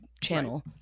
channel